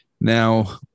Now